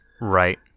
Right